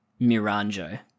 Miranjo